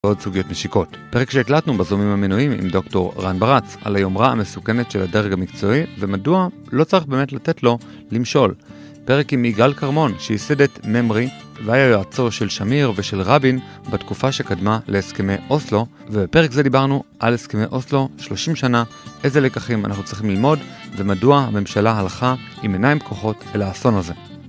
ועוד סוגיות משיקות. פרק שהקלטנו בזומים המנויים עם דוקטור רן ברץ על היומרה המסוכנת של הדרג המקצועי ומדוע לא צריך באמת לתת לו למשול. פרק עם יגאל קרמון שיסד את נמרי והיה יועצו של שמיר ושל רבין בתקופה שקדמה להסכמי אוסלו ובפרק זה דיברנו על הסכמי אוסלו, 30 שנה, איזה לקחים אנחנו צריכים ללמוד ומדוע הממשלה הלכה עם עיניים פקוחות אל האסון הזה.